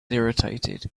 irritated